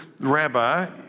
rabbi